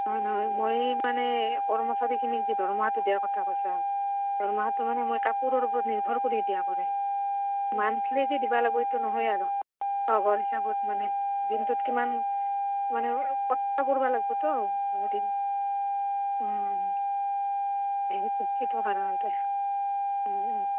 হয় নহয় মই মানে কৰ্মচাৰীখিনিক যি দৰমহাটো দিয়াৰ কথা কৈছা দৰমহাটো মানে মই কাপোৰৰ ওপৰত নিৰ্ভৰ কৰি দিয়া পৰে মান্থলি যে দিবা লাগব এইটো নহয় আৰু হিচাপত মানে দিনটোত কিমান মানে